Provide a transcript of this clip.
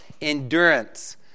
endurance